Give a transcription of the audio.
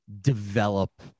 develop